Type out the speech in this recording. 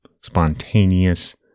spontaneous